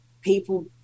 people